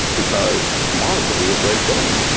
because tomorrow's going to be a great day.